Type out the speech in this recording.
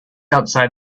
outside